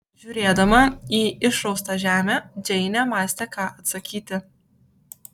žiūrėdama į išraustą žemę džeinė mąstė ką atsakyti